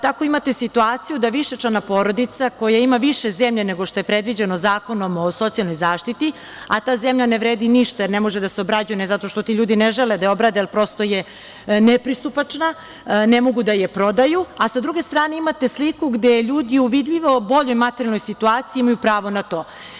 Tako imate situaciju da višečlana porodica, koja ima više zemlje nego što je predviđeno Zakonom o socijalnoj zaštiti, a ta zemlja ne vredi ništa jer ne može da se obrađuje, ne zato što ti ljudi ne žele da je obrade, prosto je nepristupačna, ne mogu da je prodaju, a sa druge strane imate sliku gde ljudi u vidljivo boljoj materijalnoj situaciji imaju pravo na to.